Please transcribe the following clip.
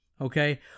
Okay